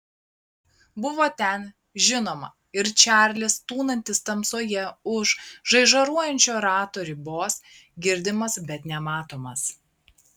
buvo ten žinoma ir čarlis tūnantis tamsoje už žaižaruojančio rato ribos girdimas bet nematomas